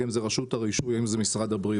אם זה רשות הרישוי או אם זה משרד הבריאות